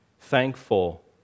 thankful